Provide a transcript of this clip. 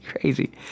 crazy